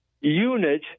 unit